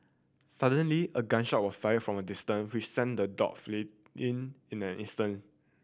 suddenly a gun shot was fired from a distance which sent the dog fled in in an instant